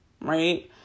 right